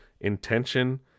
Intention